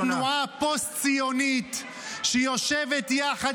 -- איך יכול להיות שהפכתם לתנועה פוסט-ציונית שיושבת יחד